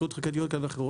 זכויות כלכליות ואחרות,